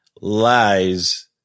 lies